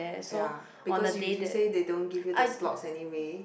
ya because usually say they don't give you the slots anyway